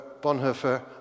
Bonhoeffer